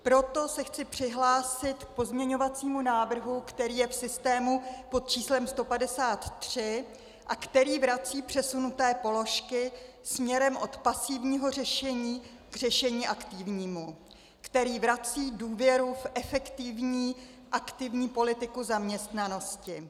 Proto se chci přihlásit k pozměňovacímu návrhu, který je v systému pod číslem 153 a který vrací přesunuté položky směrem od pasivního řešení k řešení aktivnímu, který vrací důvěru v efektivní aktivní politiku zaměstnanosti.